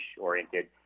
oriented